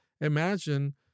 Imagine